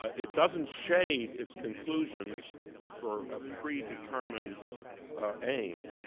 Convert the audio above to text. it doesn't shade its conclusions for a pre-determined aim,